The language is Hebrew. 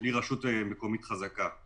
בלי רשות מקומית חזקה.